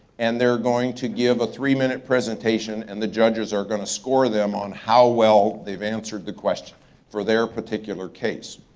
and they're going to give a three-minute presentation, and the judges are gonna score them on how well they've answered the question for their particular case.